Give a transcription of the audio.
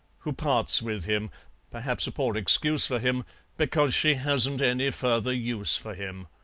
who parts with him perhaps a poor excuse for him because she hasn't any further use for him.